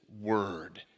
word